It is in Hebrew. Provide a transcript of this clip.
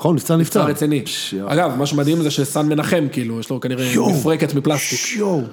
נכון, נפצע נפצע. נפצע רציני. אגב, מה שמדהים זה שסאן מנחם כאילו, יש לו כנראה מפרקת מפלסטיק.